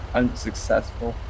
unsuccessful